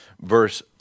verse